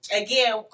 again